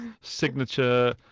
signature